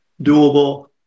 doable